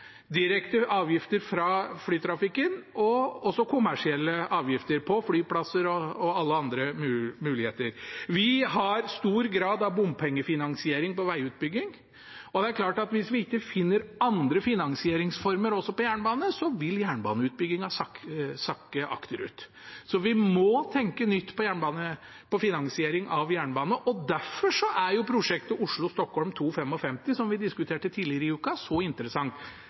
direkte avgifter fra flytrafikken og også kommersielle avgifter på flyplasser og alle andre muligheter. Vi har stor grad av bompengefinansiering på vegutbygging. Det er klart at hvis vi ikke finner andre finansieringsformer også på jernbane, vil jernbaneutbyggingen sakke akterut. Så vi må tenke nytt på finansiering av jernbane. Derfor er prosjektet Oslo–Stockholm 2.55, som vi diskuterte tidligere i uka, så interessant.